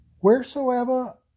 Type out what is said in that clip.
Wheresoever